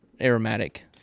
aromatic